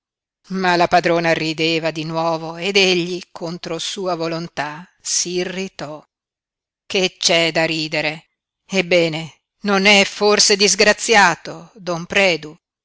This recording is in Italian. ma la padrona rideva di nuovo ed egli contro sua volontà s'irritò che c'è da ridere ebbene non è forse disgraziato don predu